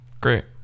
Great